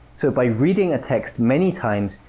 so by reading a text many times,